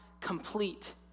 complete